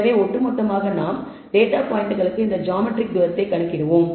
எனவே ஒட்டுமொத்தமாக நாம் டேட்டா பாயிண்ட்களுக்கு இந்த ஜியாமெட்ரிக் தூரத்தை கணக்கிடுவோம்